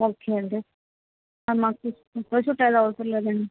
okay అండి మాకు photo shoot అవి అవసరం లేదండి